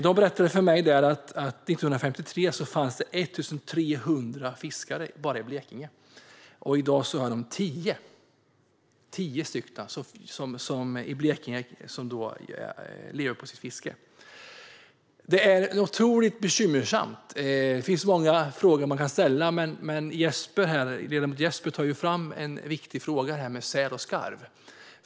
De berättade för mig att det 1953 fanns 1 300 fiskare bara i Blekinge. Antalet som i dag lever på sitt fiske i Blekinge är 10. Detta är mycket bekymmersamt, och det finns många frågor man kan ställa. Jesper tog upp en viktig fråga, nämligen den om säl och skarv.